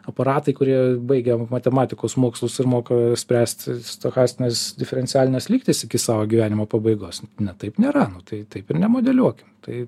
aparatai kurie baigė matematikos mokslus ir moka spręst stochastines diferencialines lygtis iki savo gyvenimo pabaigos ne taip nėra nu tai taip ir nemodeliuokim tai